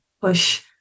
push